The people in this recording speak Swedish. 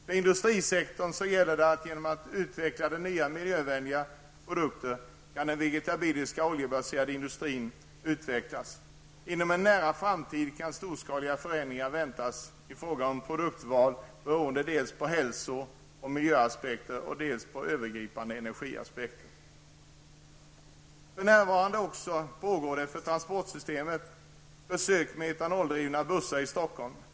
För industrisektorn gäller det att utveckla miljövänliga produkter, baserade på vegetabiliska oljor. Inom en nära framtid kan storskaliga förändringar väntas i fråga om produktval beroende dels på hälso och miljöaspekter, dels på övergripande energiaspekter. För närvarande pågår det för transportsystemet försök med etanoldrivna bussar i Stockholm.